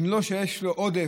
אם לא היה עודף,